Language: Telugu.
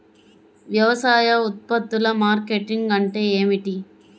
వ్యవసాయ ఉత్పత్తుల మార్కెటింగ్ అంటే ఏమిటి?